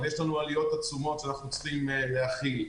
ויש לנו עלויות עצומות שאנחנו צריכים להכיל,